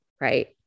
Right